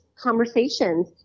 conversations